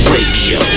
Radio